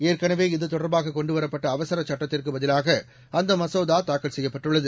ஏற்கனவே இதுதொடர்பாக கொண்டுவரப்பட்ட அவசர சுட்டத்திற்குப் பதிலாக அந்த மசோதா தாக்கல் செய்யப்பட்டுள்ளது